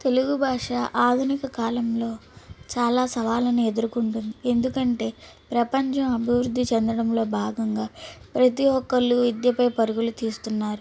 తెలుగు భాష ఆధునిక కాలంలో చాలా సవాళ్ళను ఎదుర్కొంటుంది ఎందుకంటే ప్రపంచం అభివృద్ధి చెందడంలో భాగంగా ప్రతి ఒక్కరు విద్యపై పరుగులు తీస్తున్నారు